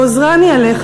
"גוזרני עליך",